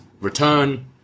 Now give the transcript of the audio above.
return